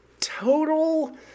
total